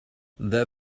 their